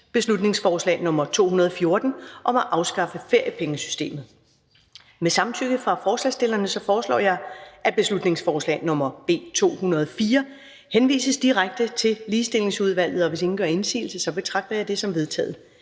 sager vil fremgå af www.folketingstidende.dk. (jf. ovenfor). Med samtykke fra forslagsstillerne foreslår jeg, at beslutningsforslag nr. B 204 henvises direkte til Ligestillingsudvalget. Hvis ingen gør indsigelse, betragter jeg det som vedtaget.